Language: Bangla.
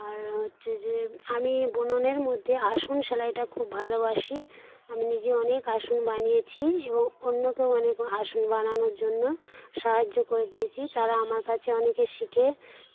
আর হচ্ছে যে আমি বুননের মধ্যে আসন সেলাইটা খুব ভালোবাসি আমি নিজে অনেক আসন বানিয়েছি এবং অন্যকেও অনেক আসন বানানোর জন্য সাহায্য করে দিয়েছি তারা আমার কাছে অনেকে শিখে